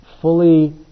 fully